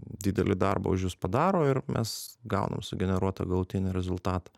didelį darbą už jus padaro ir mes gaunam sugeneruotą galutinį rezultatą